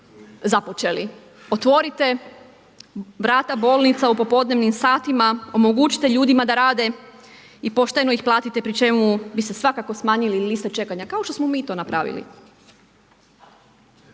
započeli. Otvorite vrata bolnica u popodnevnim satima, omogućite ljudima da rade i pošteno ih platite pri čemu bi se svakako smanjile liste čekanja, kao što smo mi to napravili.